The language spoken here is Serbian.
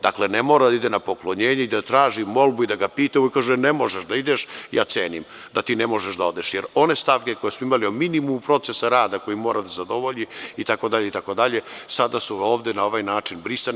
Dakle, ne mora da ide na poklonjenje i da traži molbu i da ga pita, a ovaj kaže – ne možeš da ideš, ja cenim da ti ne možeš da odeš, jer one stavke koje smo imali o minimumu procesa rada koji mora da zadovolji itd, sada su na ovaj način brisane.